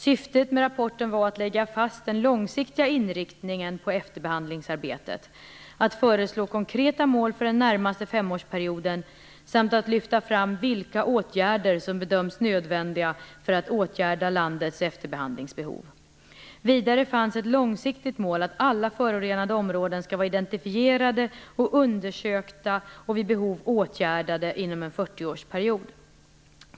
Syftet med rapporten var att lägga fast den långsiktiga inriktningen på efterbehandlingsarbetet, att föreslå konkreta mål för den närmaste femårsperioden samt att lyfta fram vilka åtgärder som bedöms nödvändiga för att åtgärda landets efterbehandlingsbehov. Vidare fanns ett långsiktigt mål att alla förorenade områden skall vara identifierade och undersökta och vid behov åtgärdade inom en fyrtioårsperiod.